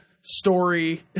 story